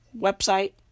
website